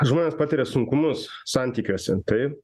žmonės patiria sunkumus santykiuose taip